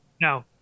no